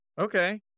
okay